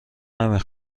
نمی